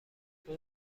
اون